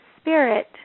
spirit